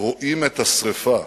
רואים את הסרפה,